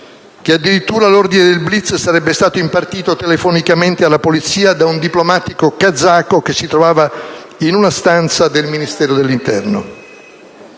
che addirittura l'ordine del *blitz* sarebbe stato impartito telefonicamente alla Polizia da un diplomatico kazako che si trovava in una stanza del Ministero dell'interno.